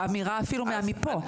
אמירה אפילו מפה,